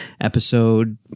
Episode